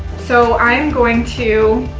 so i'm going to